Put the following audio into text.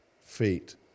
feet